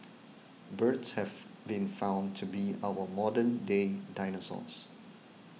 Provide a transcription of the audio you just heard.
birds have been found to be our modern day dinosaurs